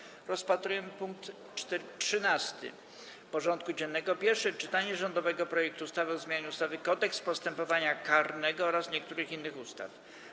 Powracamy do rozpatrzenia punktu 13. porządku dziennego: Pierwsze czytanie rządowego projektu ustawy o zmianie ustawy Kodeks postępowania karnego oraz niektórych innych ustaw.